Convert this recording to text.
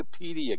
Wikipedia